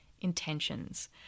intentions